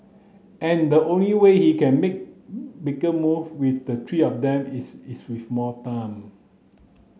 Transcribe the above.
and the only way he can make bigger move with the three of them is is with more time